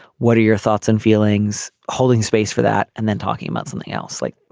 what are your thoughts and feelings holding space for that and then talking about something else like